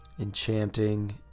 Enchanting